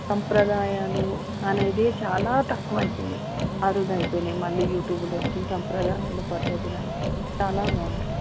సాంప్రదాయాలు అనేది చాలా తక్కువ అయిపోయినాయి అరుదైపోయినాయి మళ్ళీ యూట్యూబ్లు వచ్చి సాంప్రదాయాలు పద్ధతులు అన్నీ చాలా బాగుంటున్నాయి